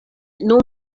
nun